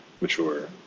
mature